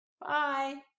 Bye